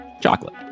chocolate